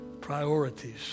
priorities